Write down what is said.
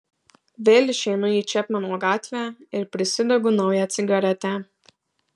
vėl išeinu į čepmeno gatvę ir prisidegu naują cigaretę